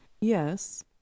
Yes